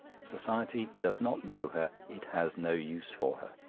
society does not know her it has no use for her.